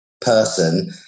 person